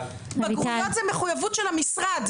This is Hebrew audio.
בגרויות זה מחויבות של המשרד,